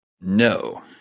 No